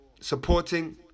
supporting